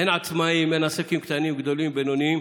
הן עצמאים והן עסקים קטנים, גדולים ובינוניים,